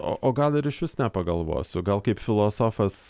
o o gal ir išvis nepagalvosiu gal kaip filosofas